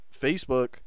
Facebook